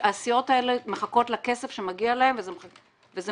הסיעות האלה מחכות לכסף שמגיע להן וזה